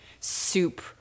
soup